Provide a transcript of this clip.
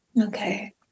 Okay